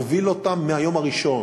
הוביל אותם מהיום הראשון,